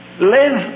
live